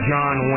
John